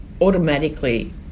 automatically